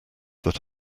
that